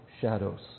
shadows